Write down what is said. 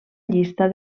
llista